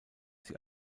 sie